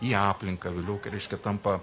į aplinką vėliau reiškia tampa